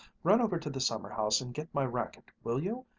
run over to the summer-house and get my racquet, will you?